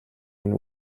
минь